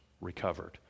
recovered